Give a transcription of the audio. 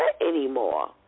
anymore